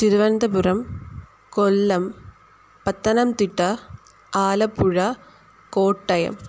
Thiruvananthapuram Kollam Pathanamthitta Alappuzha Kottayam